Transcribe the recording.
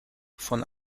von